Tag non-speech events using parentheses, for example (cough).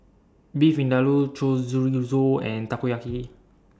Beef Vindaloo (unintelligible) and Takoyaki